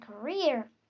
career